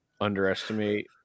underestimate